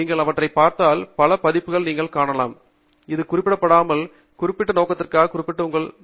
நீங்கள் அவற்றை பார்த்தால் பல பதிப்புகளை நீங்கள் காணலாம் இது குறிவைக்கப்படலாம் குறிப்பிட்ட நோக்கத்திற்காக குறிப்பிட்டது உங்களுக்குத் தெரியும்